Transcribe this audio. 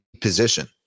position